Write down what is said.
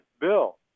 bill